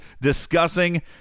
discussing